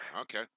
Okay